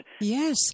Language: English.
Yes